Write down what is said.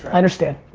i understand.